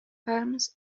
palms